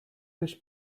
بهش